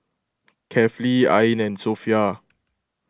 Kefli Ain and Sofea